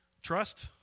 Trust